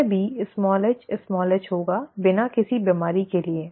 यह भी hh होगा बिना किसी बीमारी के लिए